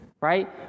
right